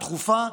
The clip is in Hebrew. התכופה,